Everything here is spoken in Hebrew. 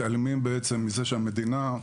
מתעלמים מזה שהמדינה,